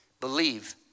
believe